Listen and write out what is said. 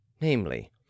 namely